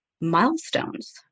milestones